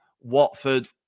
Watford